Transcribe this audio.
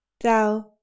thou